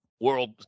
world